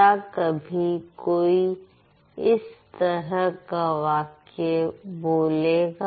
क्या कभी कोई इस तरह का वाक्य बोलेगा